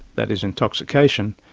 that is intoxication,